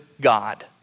God